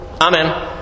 Amen